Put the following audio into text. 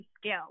scale